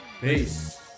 Peace